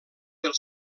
del